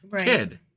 kid